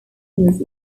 was